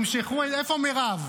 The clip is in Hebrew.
איפה מירב?